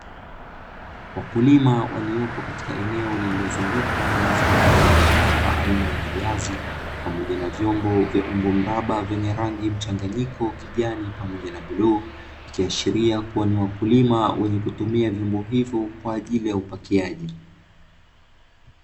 Wakulima waliopo katika eneo lililozungukwa na mazao ya biashara aina ya viazi, pamoja na vyombo vya umbo mraba vyenye rangi mchanganyiko kijani pamoja na bluu, ikiashiria kuwa ni wakulima wenye kutumia vyombo hivyo kwa ajili ya upakiaji.